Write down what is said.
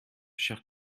cher